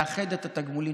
לאחד את התגמולים,